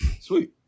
Sweet